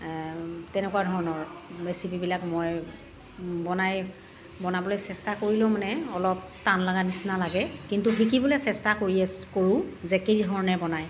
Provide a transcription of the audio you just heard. তেনেকুৱা ধৰণৰ ৰেচিপিবিলাক মই বনাই বনাবলৈ চেষ্টা কৰিলেও মানে অলপ টান লাগা নিচিনা লাগে কিন্তু শিকিবলৈ চেষ্টা কৰি আছো কৰো যে কি ধৰণে বনায়